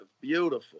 Beautiful